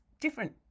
different